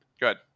Good